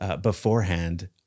beforehand